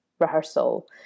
rehearsal